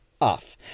off